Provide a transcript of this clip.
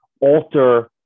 alter